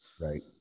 Right